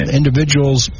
individual's